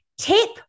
tip